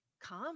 come